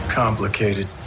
...complicated